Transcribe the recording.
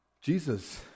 Jesus